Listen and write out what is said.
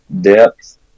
depth